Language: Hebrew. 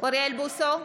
אוריאל בוסו,